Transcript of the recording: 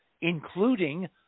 including